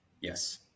Yes